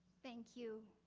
thank you,